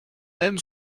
même